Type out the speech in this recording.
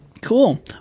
Cool